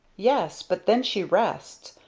yes, but then she rests!